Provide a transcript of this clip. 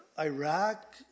Iraq